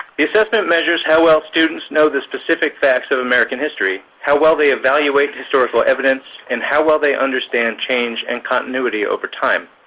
the assessment measures how well students know the specific facts of american history, how well they evaluate historical evidence, and how well they understand change and continuity over time.